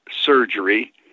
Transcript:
surgery